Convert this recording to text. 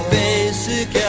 basic